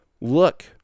look